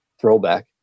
throwback